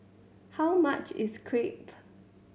how much is Crepe